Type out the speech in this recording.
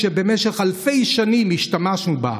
שבמשך אלפי שנים השתמשנו בה,